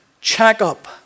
check-up